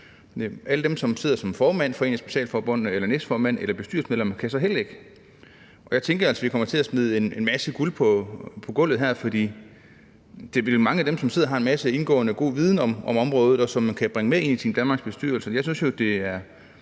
eller som næstformand eller som bestyrelsesmedlem kan altså heller ikke. Jeg tænker, at vi kommer til at smide en masse guld på gulvet, fordi mange af dem, der sidder, har en masse indgående og god viden om området, som de kan bringe med ind i Team Danmarks bestyrelse.